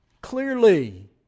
clearly